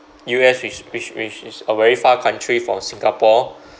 U_S which which which is a very far country from singapore